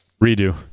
Redo